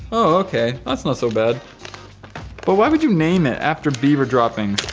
okay, that's not so bad but why would you name it after beaver droppings